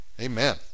Amen